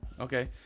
Okay